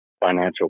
financial